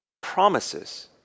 promises